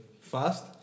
Fast